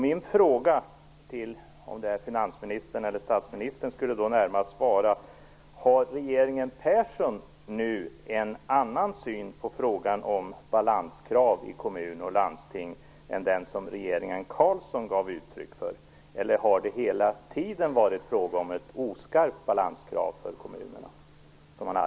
Min fråga till finansministern eller statsministern skulle närmast vara: Har regeringen Persson en annan syn på frågan om balanskrav i kommun och landsting än den som regeringen Carlsson gav uttryck för, eller har det hela tiden varit fråga om ett oskarpt balanskrav för kommunerna?